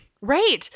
Right